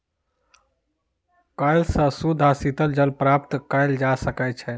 कअल सॅ शुद्ध आ शीतल जल प्राप्त कएल जा सकै छै